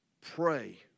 pray